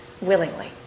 willingly